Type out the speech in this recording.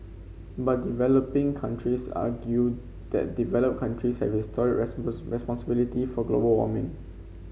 but developing countries argue that developed countries have historic responsibility for global warming